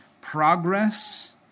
progress